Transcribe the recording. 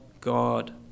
God